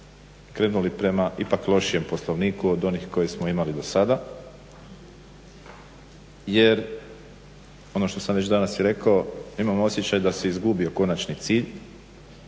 krenuli prema ipak lošijem Poslovniku od onih koje smo imali do sada. Jer ono što sam već danas i rekao, imam osjećaj da se izgubio konačni cilj,